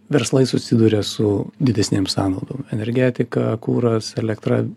verslai susiduria su didesnėm sąnaudom energetika kuras elektra